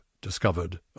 discovered